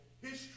history